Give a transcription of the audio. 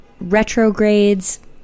retrogrades